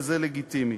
וזה לגיטימי,